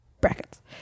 brackets